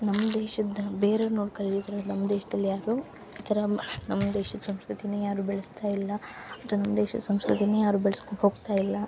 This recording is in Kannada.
ನಮ್ಮ ದೇಶದ ಬೇರೆ ಅವ್ರ್ನ ನೋಡಿ ಕಲಿತಿದ್ದರೆ ನಮ್ಮ ದೇಶದಲ್ಲಿ ಯಾರು ಈ ಥರ ನಮ್ಮ ದೇಶದ ಸಂಸ್ಕೃತಿನೆ ಯಾರು ಬೆಳೆಸ್ತಾ ಇಲ್ಲ ಅದು ನಮ್ಮ ದೇಶದ ಸಂಸ್ಕೃತಿನೇ ಯಾರು ಬೆಳ್ಸ್ಕೊ ಹೋಗ್ತಾ ಇಲ್ಲ